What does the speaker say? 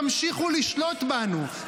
תמשיכו לשלוט בנו,